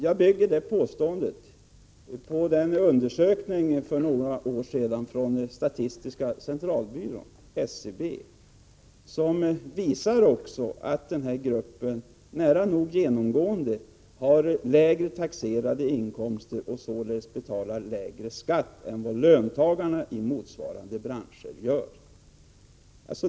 Jag bygger det påståendet på en undersökning för några år sedan från statistiska centralbyrån som visade att den här gruppen nära nog genomgående har lägre taxerade inkomster och således betalar lägre skatt än vad löntagare i motsvarande branscher gör.